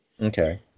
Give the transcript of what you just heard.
okay